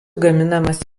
gaminamas